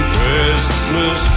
Christmas